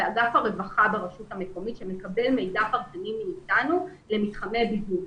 אגף הרווחה ברשות המקומית שמקבל מידע פרטני מאתנו למתחמי בידוד.